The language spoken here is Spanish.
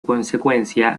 consecuencia